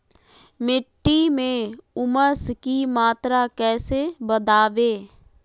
मिट्टी में ऊमस की मात्रा कैसे बदाबे?